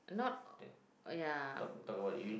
not oh yeah um